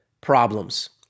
problems